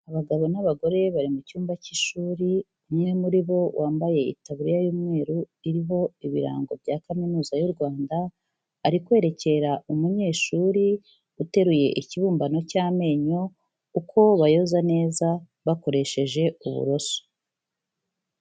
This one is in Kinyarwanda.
Abagabo n'abagore bari mu cyumba cy'ishuri, umwe muri bo wambaye itaburiya y'umweru iriho ibirango bya Kaminuza y'u Rwanda, ari kwerekera umunyeshuri uteruye ikibumbano cy'amenyo, uko bayoza neza bakoresheje uburoso.